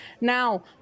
Now